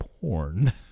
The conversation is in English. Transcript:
porn